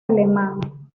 alemán